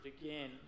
again